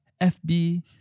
FB